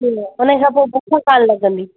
हुन खां पोइ भुख कान लॻंदी